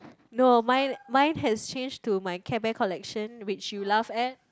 no mine mine has change to my Care Bear collection which you laugh at